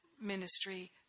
Ministry